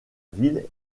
ville